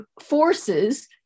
forces